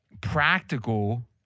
practical